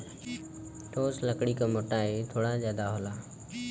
ठोस लकड़ी क मोटाई थोड़ा जादा होला